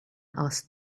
asked